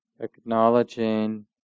Acknowledging